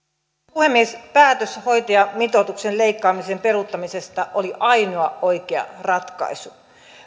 puhemies päätös hoitajamitoituksen leikkaamisen peruuttamisesta oli ainoa oikea ratkaisu